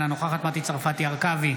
אינה נוכחת מטי צרפתי הרכבי,